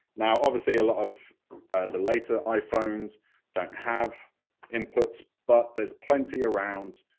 now obviously a lot of the later iphones don't have inputs, but there's plenty around,